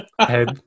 Head